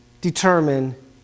determine